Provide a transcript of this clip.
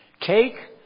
Take